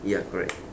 ya correct